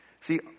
See